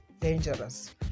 dangerous